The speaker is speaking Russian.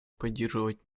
поддерживать